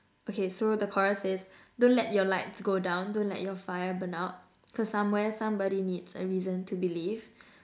okay so the chorus says don't let your light go down don't let your fire burn out cos somewhere somebody needs a reason to believe